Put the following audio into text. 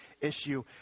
issue